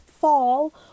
fall